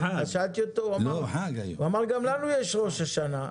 אז הוא אמר: גם לנו יש ראש השנה.